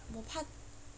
我怕